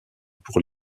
pour